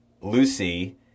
Lucy